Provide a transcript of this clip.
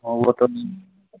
हाँ वह तो